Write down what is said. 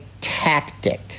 tactic